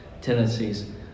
tendencies